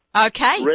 Okay